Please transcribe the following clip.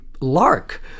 lark